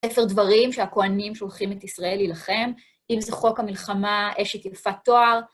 ספר דברים שהכהנים שולחים את ישראל להילחם, אם זה חוק המלחמה, אשת יפת תואר.